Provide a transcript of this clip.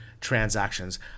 transactions